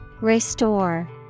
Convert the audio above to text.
Restore